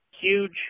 huge